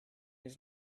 his